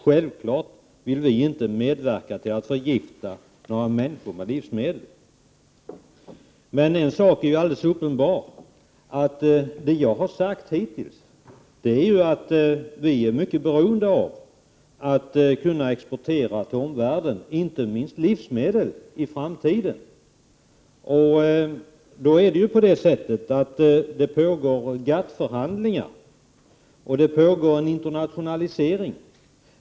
Självfallet vill vi inte medverka till att förgifta några människor med livsmedel. Men en sak är alldeles uppenbar: Vad jag har sagt hittills är att vi är mycket beroende av att i framtiden kunna exportera till omvärlden, inte minst livsmedel. Det pågår ju GATT-förhandlingar, och det pågår en internationalisering.